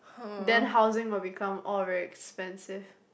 then housing will become arise expensive